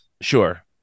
Sure